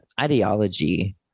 ideology